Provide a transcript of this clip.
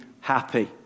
happy